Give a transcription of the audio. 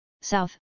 south